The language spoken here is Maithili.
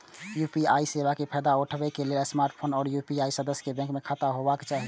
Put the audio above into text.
यू.पी.आई सेवा के फायदा उठबै लेल स्मार्टफोन आ यू.पी.आई सदस्य बैंक मे खाता होबाक चाही